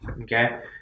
Okay